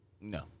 no